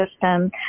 system